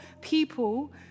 people